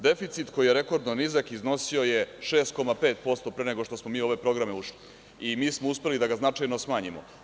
Deficit koji je rekordno nizak, iznosio je 6,5% pre nego što smo mi u ove programe ušli i mi smo uspeli da ga značajno smanjimo.